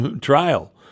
trial